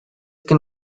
can